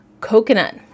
coconut